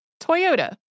Toyota